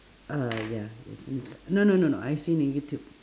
uh ya yes in t~ no no no no I see in youtube